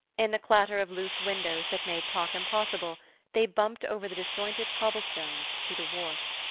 in the clatter of loose windows that made talk impossible they bumped over the disjointed cobblestones to the wharf.